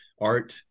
art